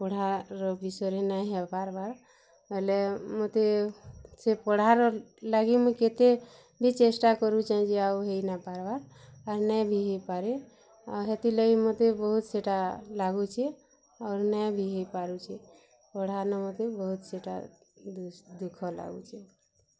ପଢ଼ାର୍ ବିଷୟରେ ନାଇ ହେଇପାର୍ବାର୍ ବେଲେ ମୋତେ ସେ ପଢ଼ାର ଲାଗି ମୁଇଁ କେତେ ବି ଚେଷ୍ଟା କରୁଚେଁ ଯେ ଆଉ ହେଇ ନାଇପାର୍ବାର୍ ନେଇ ବି ହେଇପାରେ ହେତିର୍ଲାଗି ମୋତେ ବହୁତ୍ ସେଇଟା ଲାଗୁଚେ ଅର୍ ନେଇ ବି ହେଇ ପାରୁଚେ ପଢ଼ାନୁ ମତେ ବହୁତ୍ ସେଇଟା ଦୁଃଖ ଲାଗୁଚି